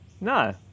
No